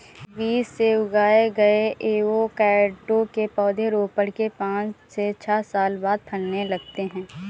बीज से उगाए गए एवोकैडो के पौधे रोपण के पांच से छह साल बाद फलने लगते हैं